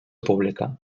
pública